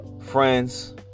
friends